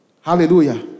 Hallelujah